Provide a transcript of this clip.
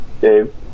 Dave